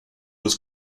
was